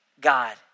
God